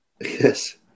Yes